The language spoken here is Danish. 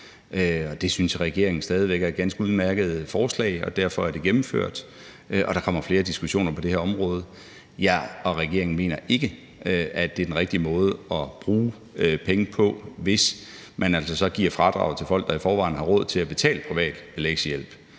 Det syntes regeringen stadig væk er et ganske udmærket forslag, og derfor er det blevet gennemført, og der kommer flere diskussioner på det her område. Jeg og regeringen mener ikke, at det er den rigtige måde at bruge penge på, hvis man altså så giver fradraget til folk, der i forvejen har råd til at betale privat lektiehjælp.